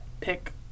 pick